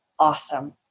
Awesome